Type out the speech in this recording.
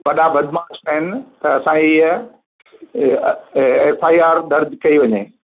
वॾा बदमाश आहिनि त असां हीअ एफ आई आर दर्जु कई वञे